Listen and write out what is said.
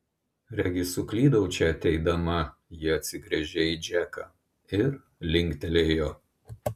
regis suklydau čia ateidama ji atsigręžė į džeką ir linktelėjo